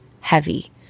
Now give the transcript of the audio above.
heavy